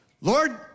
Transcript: Lord